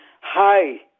Hi